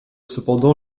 cependant